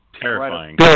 Terrifying